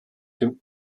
dem